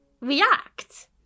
react